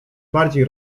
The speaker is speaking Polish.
bardziej